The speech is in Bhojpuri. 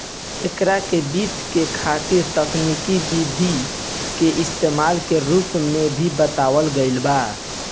एकरा के वित्त के खातिर तकनिकी विधि के इस्तमाल के रूप में भी बतावल गईल बा